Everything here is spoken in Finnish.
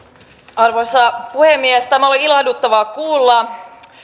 arvoisa puhemies tämä oli ilahduttavaa kuulla